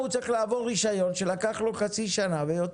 אוקיי.